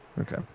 Okay